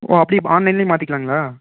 ஓ அப்படியே ஆன்லைன்லேயே மாற்றிக்கலாங்களா